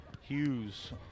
Hughes